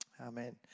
Amen